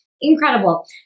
Incredible